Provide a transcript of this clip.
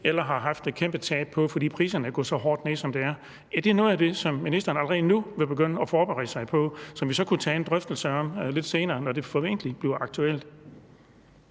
eller har haft et kæmpe tab på, fordi priserne er gået så hårdt ned, som de er. Er det noget af det, som ministeren allerede nu vil begynde at forberede sig på, og som vi så kunne tage en drøftelse om lidt senere, når det formentlig bliver aktuelt?